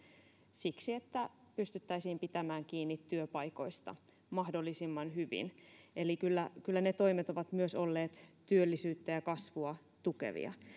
siksi että pystyttäisiin pitämään kiinni työpaikoista mahdollisimman hyvin eli kyllä kyllä ne toimet ovat myös olleet työllisyyttä ja kasvua tukevia